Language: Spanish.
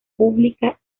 pública